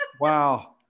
Wow